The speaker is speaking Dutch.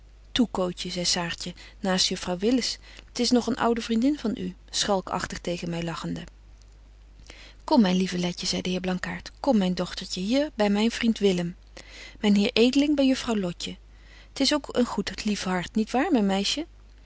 cootje zei saartje naast juffrouw willis t is nog een oude vriendin van u schalkagtig tegen my lachende kom myn lieve letje zei de heer blankaart kom myn dochtertje hier by myn vriend willem myn heer edeling by juffrouw lotje t is ook een goed lief hart niet waar myn meisje